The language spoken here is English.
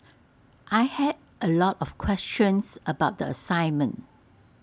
I had A lot of questions about the assignment